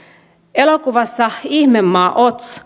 elokuvassa ihmemaa oz